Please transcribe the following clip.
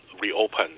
reopen